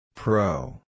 Pro